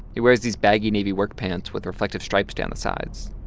he wears these baggy navy work pants with reflective stripes down the sides.